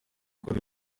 gukora